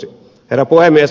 herra puhemies